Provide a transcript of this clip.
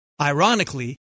Ironically